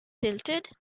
tilted